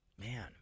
Man